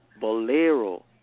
Bolero